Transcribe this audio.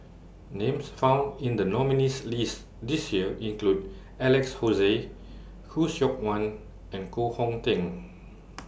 Names found in The nominees' list This Year include Alex Josey Khoo Seok Wan and Koh Hong Teng